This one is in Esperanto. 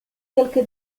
kelke